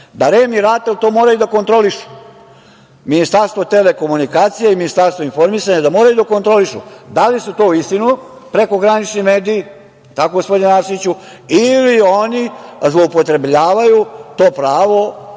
da REM i RATEL to moraju da kontrolišu. Ministarstvo telekomunikacija i Ministarstvo informisanja da moraju da kontrolišu da li su to uistinu prekogranični mediji, jel tako gospodine Arsiću, ili oni zloupotrebljavaju to pravo,